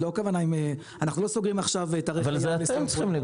אנחנו לא סוגרים עכשיו תאריכי יעד לסיום פרויקט.